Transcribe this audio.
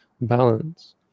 balance